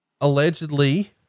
allegedly